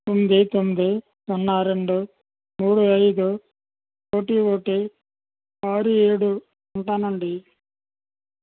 తొమ్మిది తొమ్మిది సున్నా రెండు మూడు ఐదు ఒకటి ఒకటి ఆరు ఏడు ఉంటానండి